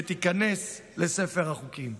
ותיכנס לספר החוקים.